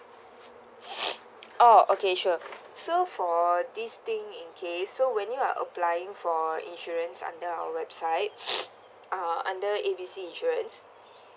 orh okay sure so for this thing in case so when you're applying for insurance under our website uh under A B C insurance